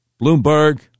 Bloomberg